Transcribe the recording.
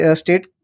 state